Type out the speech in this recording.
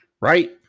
Right